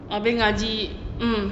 abeh ngaji mm